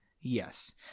Yes